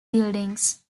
buildings